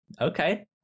okay